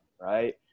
right